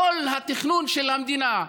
כל התכנון של המדינה,